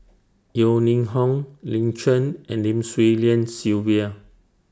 Yeo Ning Hong Lin Chen and Lim Swee Lian Sylvia